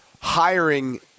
hiring